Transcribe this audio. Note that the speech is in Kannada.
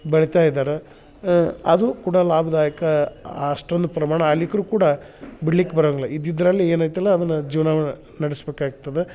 ಬೆಳಿತ ಇದರ ಅದು ಕೂಡ ಲಾಭ್ದಾಯಕ ಅಷ್ಟೊಂದು ಪ್ರಮಾಣ ಆಗ್ಲಿಕ್ರು ಕೂಡ ಬಿಡ್ಲಿಕ್ಕೆ ಬರೊಂಗಿಲ್ಲ ಇದ್ದಿದ್ದರಲ್ಲಿ ಏನು ಐತಲ್ಲ ಅದನ ಜೀವನ ನಡೆಸಬೇಕಾಗ್ತದೆ